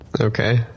Okay